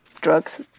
drugs